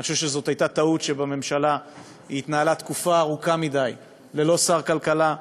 אני חושב שזו הייתה טעות שהממשלה התנהלה תקופה ארוכה מדי ללא שר כלכלה,